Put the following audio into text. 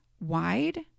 wide